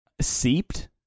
Seeped